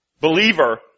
believer